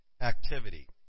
activity